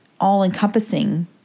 all-encompassing